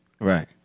Right